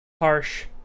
harsh